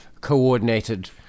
coordinated